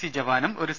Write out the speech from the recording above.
C ജവാനും ഒരു C